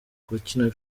bakina